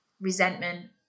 resentment